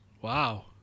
wow